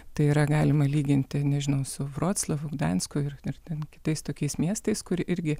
tai yra galima lyginti nežinau su vroclavu gdansku ir ar ten kitais tokiais miestais kur irgi